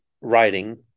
writing